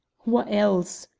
wha else?